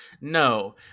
No